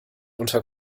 unter